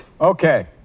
Okay